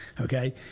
Okay